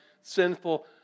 sinful